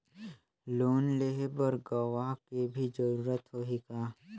Loan लेहे बर गवाह के भी जरूरत होही का?